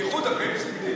בייחוד אחרי פסק-דין.